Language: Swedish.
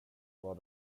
var